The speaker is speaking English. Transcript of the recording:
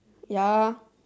ya